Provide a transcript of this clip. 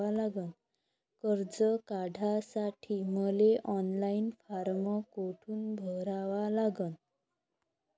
कर्ज काढासाठी मले ऑनलाईन फारम कोठून भरावा लागन?